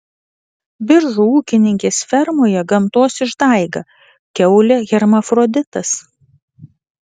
biržų ūkininkės fermoje gamtos išdaiga kiaulė hermafroditas